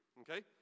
okay